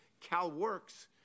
CalWORKS